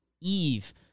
Eve